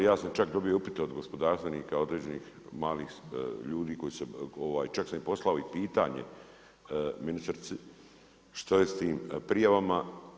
Ja sam čak dobio upit od gospodarstvenika, određenih malih ljudi, koji su, čak sam im poslao i pitanje ministrici, što je s tim prijavama.